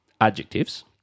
adjectives